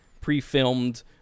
pre-filmed